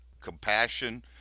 compassion